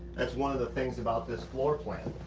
that's one of the things about this floor plan.